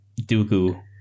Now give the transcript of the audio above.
Dooku